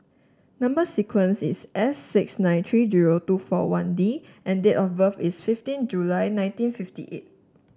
number sequence is S six nine three zero two four one D and date of birth is fifteen July nineteen fifty eight